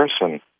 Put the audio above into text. person